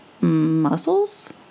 muscles